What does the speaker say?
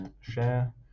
share